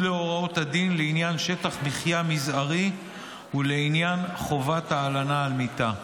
להוראות הדין לעניין שטח מחיה מזערי ולעניין חובת ההלנה על מיטה.